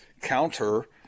counter